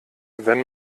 wenn